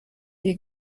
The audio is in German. ihr